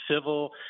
civil